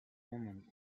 woman